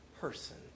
person